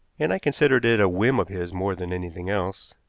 and i considered it a whim of his more than anything else.